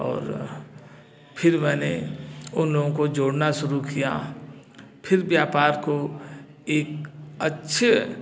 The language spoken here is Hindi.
और फिर मैंने उन लोगों को जोड़ना शुरु किया फिर व्यपार को एक अच्छे